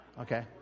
Okay